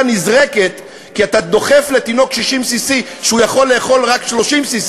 נזרקת כי אתה דוחף לתינוק cc60 כשהוא יכול לאכול רק cc30,